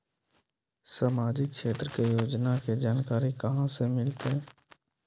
सामाजिक क्षेत्र के योजना के जानकारी कहाँ से मिलतै?